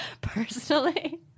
personally